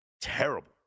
terrible